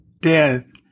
death